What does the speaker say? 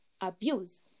abuse